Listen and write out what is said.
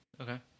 okay